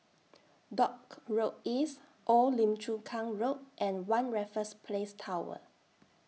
Dock Road East Old Lim Chu Kang Road and one Raffles Place Tower